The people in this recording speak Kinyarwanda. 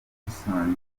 dusanzwe